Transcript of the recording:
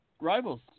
Rivals